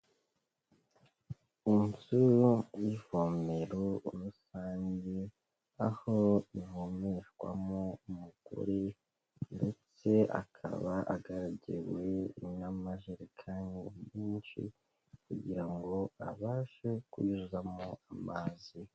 Inzu y'ivomero rusange, aho ivomeshwamo n'umugore ndetse akaba agaragiwe n'amajekani nyinshi kugira ngo abashe kuyuzamo amazi.